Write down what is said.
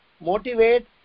motivate